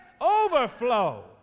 Overflow